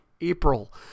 April